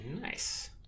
Nice